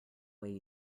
way